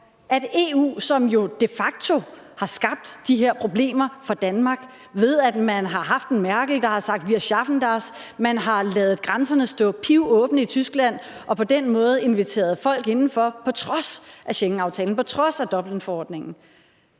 med EU, som jo de facto har skabt de her problemer for Danmark, ved at man har haft en Merkel, der har sagt »wir schaffen das«, man har ladet grænserne stå pivåbne i Tyskland og på den måde inviteret folk indenfor, på trods af Schengenaftalen, på trods af Dublinforordningen.